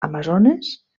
amazones